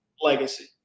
Legacy